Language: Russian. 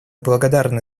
благодарны